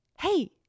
hey